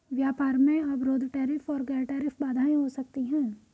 व्यापार में अवरोध टैरिफ और गैर टैरिफ बाधाएं हो सकती हैं